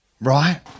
Right